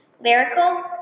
Lyrical